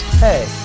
hey